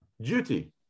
duty